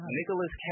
Nicholas